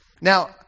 Now